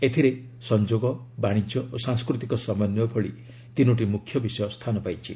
ଏଥିରେ ସଂଯୋଗ ବାଶିଜ୍ୟ ଓ ସାଂସ୍କୃତିକ ସମନ୍ଧୟ ଭଳି ତିନୋଟି ମୁଖ୍ୟ ବିଷୟ ରହିଛି